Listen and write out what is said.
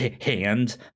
hand